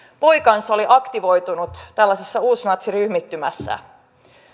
poikansa oli aktivoitunut tällaisessa uusnatsiryhmittymässä